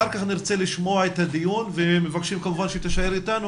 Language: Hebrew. אחר כך נרצה לשמוע את הדיון ומבקשים כמובן שתישאר אתנו